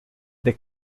the